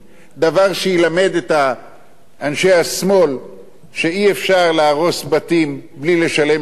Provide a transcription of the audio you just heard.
דבר שילמד את אנשי השמאל שאי-אפשר להרוס בתים בלי לשלם תמורה,